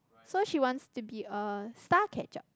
so she wants to be a star catcher